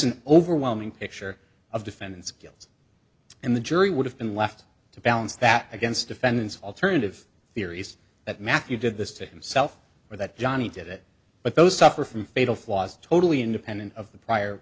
an overwhelming picture of defendant's guilt and the jury would have been left to balance that against defendants alternative theories that matthew did this to himself or that johnnie did it but those suffer from fatal flaws totally independent of the prior